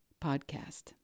podcast